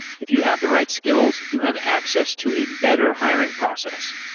if you have the right skills, you have access to a better hiring process,